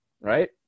Right